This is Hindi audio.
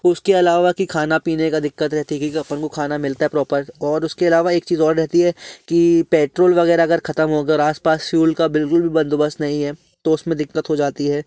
उसके अलावा कि खाना पीने का दिक़्क़त है ठीक है कि अपन को खाना मिलता प्रॉपर और उसके अलावा एक चीज़ और रहती है कि पेट्रोल वगैरा अगर ख़त्म हो गया और आस पास फ़्यूल का बिल्कुल भी बंदोबस्त नहीं है तो उसमें दिक़्क़त हो जाती है